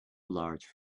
large